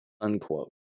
unquote